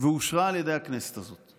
ואושרה על ידי הכנסת הזאת.